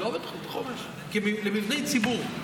לא בתוכנית החומש, למבני ציבור.